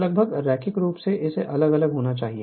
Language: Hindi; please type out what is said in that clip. तो लगभग रैखिक रूप से इसे अलग अलग होना चाहिए